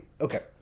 Okay